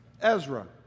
Ezra